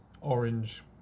orange